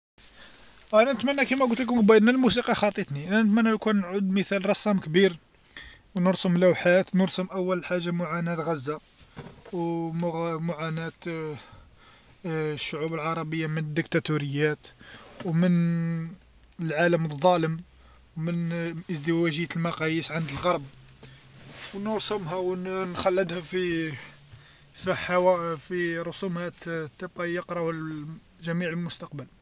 أنا نتمنى كيما قلت ليكم باين الموسيقى خاطيتني أنا نتمنى كون نعود مثال رسام كبير ونرسم لوحات نرسم أول حاجه معاناة غزه ومعاناة الشعوب العربيه من الديكتاتوريات ومن العالم الظالم و من إزدواجية المقاييس عند الغرب ونرسمها ونخلدها في في رسومات تبقى يقراو ل جميع المستقبل.